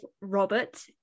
Robert